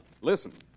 Listen